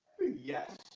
Yes